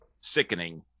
sickening